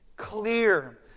clear